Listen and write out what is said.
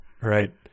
Right